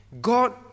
God